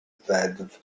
ddeddf